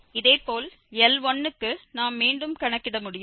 இதேபோல் L1க்கு நாம் மீண்டும் கணக்கிட முடியும்